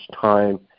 time